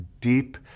deep